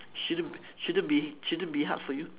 shouldn't shouldn't be shouldn't be hard for you